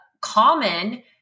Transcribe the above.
common